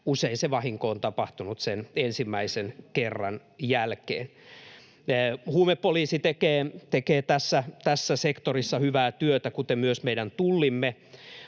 Usein vahinko on tapahtunut ensimmäisen kerran jälkeen. Huumepoliisi tekee tässä sektorissa hyvää työtä, kuten myös meidän Tullimme,